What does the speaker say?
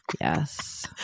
Yes